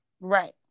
right